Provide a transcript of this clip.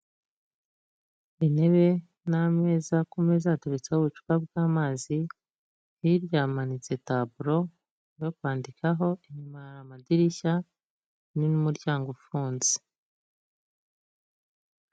Intebe n'ameza, ku meza hateretseho ubucupa bw'amazi, hirya hamanitse taburo yo kwandikaho, inyuma hari amadirishya n'umuryango ufunze.